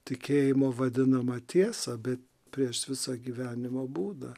tikėjimo vadinamą tiesą bet prieš visą gyvenimo būdą